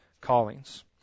callings